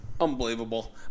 Unbelievable